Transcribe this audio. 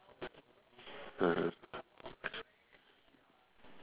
(uh huh)